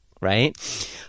right